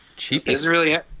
Cheapest